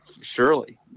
surely